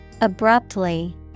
Abruptly